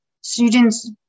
students